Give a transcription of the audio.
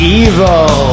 evil